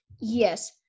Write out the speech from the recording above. Yes